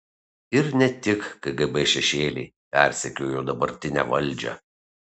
ir ne tik kgb šešėliai persekiojo dabartinę valdžią